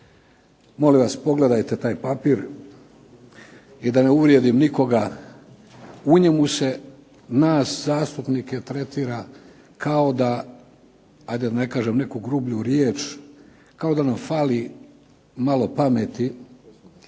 Molim vas pogledajte taj papir i da ne uvrijedim nikoga u njemu se nas zastupnike tretira kao da, ajde da ne kažem neku grublju riječ, kao da nam fali malo pameti